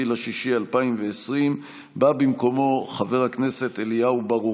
24 ביוני 2020, בא במקומו חבר הכנסת אליהו ברוכי.